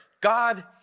God